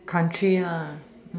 country